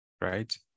right